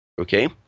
Okay